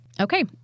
Okay